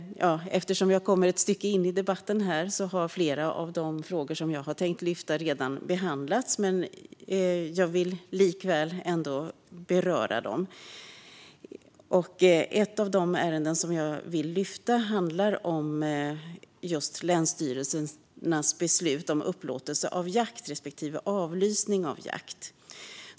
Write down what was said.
Eftersom jag kommer ett stycke in i debatten här har flera av de frågor som jag tänkt ta upp redan behandlats, men jag vill ändå beröra dem. Ett av de ärenden jag vill lyfta fram handlar om länsstyrelsernas beslut om upplåtelse av jakt respektive avlysning av jakt.